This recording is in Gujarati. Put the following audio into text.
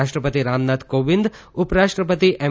રાષ્ટ્રપતિ રામનાથ કોવિંદ ઉપરાષ્ટ્રપતિ એમ